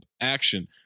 action